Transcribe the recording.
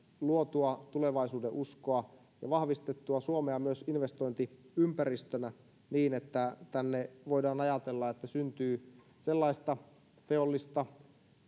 luotua tulevaisuudenuskoa ja vahvistettua suomea myös investointiympäristönä niin että voidaan ajatella että tänne syntyy sellaista teollista